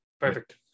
Perfect